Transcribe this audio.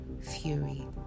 fury